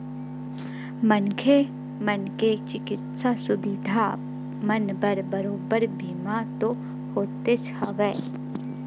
मनखे मन के चिकित्सा सुबिधा मन बर बरोबर बीमा तो होतेच हवय